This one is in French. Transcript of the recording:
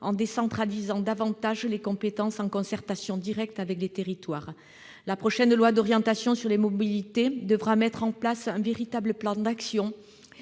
en décentralisant davantage les compétences, en concertation directe avec les territoires. La prochaine loi d'orientation sur les mobilités devra mettre en place un véritable plan d'action,